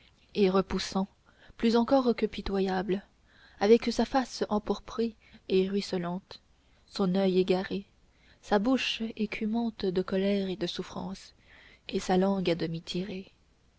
et repoussant plus encore que pitoyable avec sa face empourprée et ruisselante son oeil égaré sa bouche écumante de colère et de souffrance et sa langue à demi tirée